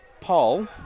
Paul